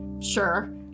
sure